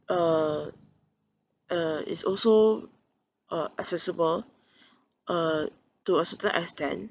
uh uh is also uh accessible uh to a certain extent